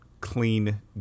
clean